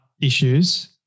issues